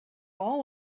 all